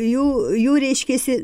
jų jų reiškiasi